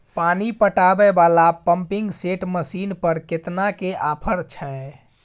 पानी पटावय वाला पंपिंग सेट मसीन पर केतना के ऑफर छैय?